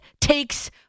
takes